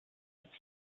its